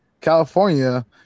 California